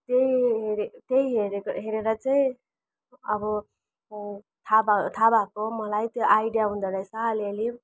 त्यही हेरे त्यही हेरेको हेरेर चाहिँ अब थाहा भयो थाहा भएको मलाई त्यो आइडिया हुँदोरहेछ अलिअलि